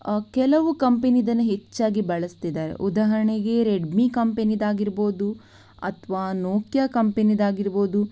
ಕೆಲವು ಕಂಪೆನಿದನ್ನು ಹೆಚ್ಚಾಗಿ ಬಳಸ್ತಿದ್ದಾರೆ ಉದಾಹರಣೆಗೆ ರೆಡ್ಮಿ ಕಂಪೆನಿದಾಗಿರಬಹುದು ಅಥವಾ ನೋಕಿಯಾ ಕಂಪೆನಿದಾಗಿರಬಹುದು